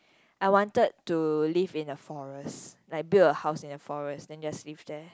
I wanted to live in a forest like build a house in a forest then just live there